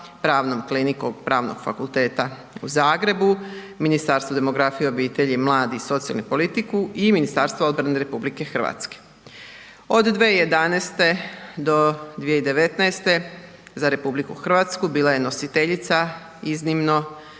Pravnom klinikom Pravnog fakulteta u Zagrebu, Ministarstvo demografije, obitelji, mladih i socijalne politike i Ministarstva obrane RH. Od 2011. do 2019. za RH bila je nositeljica iznimno